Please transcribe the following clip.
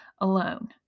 alone